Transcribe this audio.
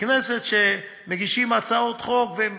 כנסת שמגישים הצעות חוק, והם